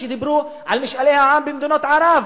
שדיברו על משאלי עם במדינות ערב,